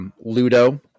Ludo